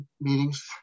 meetings